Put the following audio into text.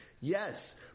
Yes